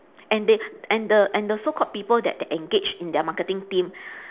and they and the and the so called people that they engaged in their marketing team